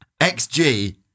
XG